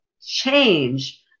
change